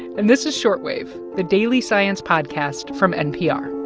and this is short wave, the daily science podcast from npr